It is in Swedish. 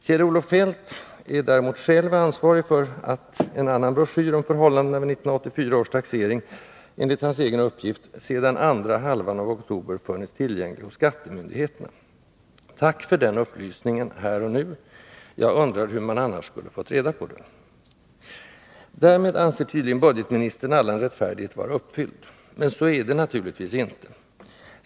Kjell-Olof Feldt är däremot själv ansvarig för en annan broschyr om förhållandena vid 1984 års taxering som, enligt hans egen uppgift, ”sedan andra halvan av oktober funnits tillgänglig hos skattemyndigheterna”. Tack för den upplysningen, här och nu! Jag undrar hur man annars skulle ha fått reda på det! Därmed anser tydligen budgetministern allan rättfärdighet vara uppfylld. Men så är det naturligtvis inte.